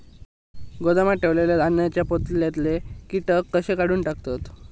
गोदामात ठेयलेल्या धान्यांच्या पोत्यातले कीटक कशे काढून टाकतत?